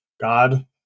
God